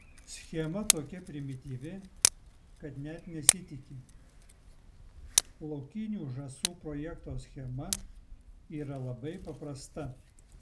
schema tokia primityvi kad net nesitiki laukinių žąsų projekto schema yra labai paprasta